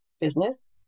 business